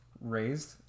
raised